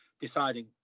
deciding